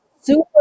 super